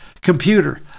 computer